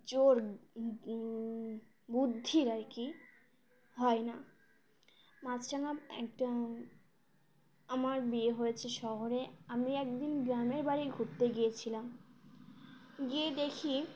জোর বুদ্ধির আর কি হয় না মাছরাঙা একটা আমার বিয়ে হয়েছে শহরে আমি একদিন গ্রামের বাড়ি ঘুরতে গিয়েছিলাম গিয়ে দেখি